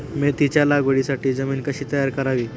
मेथीच्या लागवडीसाठी जमीन कशी तयार करावी?